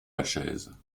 lachaise